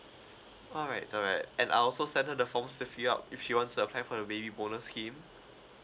alright alright and I'll also send her the forms to fill up if she wants to apply for the baby bonus scheme